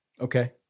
Okay